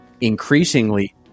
Increasingly